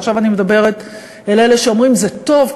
עכשיו אני מדברת אל אלה שאומרים: זה טוב,